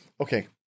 Okay